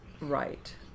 Right